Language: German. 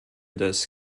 des